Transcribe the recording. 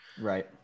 Right